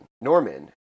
Norman